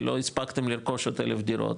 כי לא הספקתם לרכוש עוד אלף דירות,